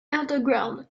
underground